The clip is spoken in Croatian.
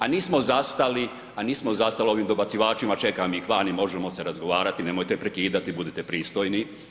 A nismo zastali, a nismo zastali, ovim dobacivačima, čekam ih vani, možemo se razgovarati, nemojte prekidati, budite pristojni.